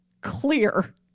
clear